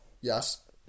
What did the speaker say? yes